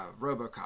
RoboCop